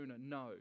No